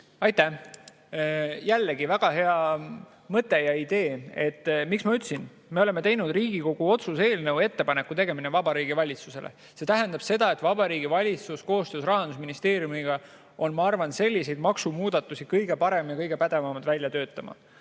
Aitäh! Jällegi, väga hea mõte ja idee. Miks ma ütlesin, et me oleme teinud Riigikogu otsuse eelnõu "Ettepaneku tegemine Vabariigi Valitsusele"? See tähendab seda, et Vabariigi Valitsus koostöös Rahandusministeeriumiga on, ma arvan, selliseid maksumuudatusi kõige paremad ja kõige pädevamad välja töötama. Nagu